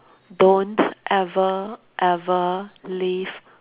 don't ever ever leave